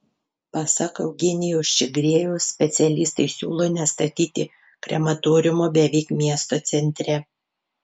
pasak eugenijaus čigriejaus specialistai siūlo nestatyti krematoriumo beveik miesto centre